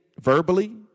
verbally